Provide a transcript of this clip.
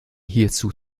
hierzu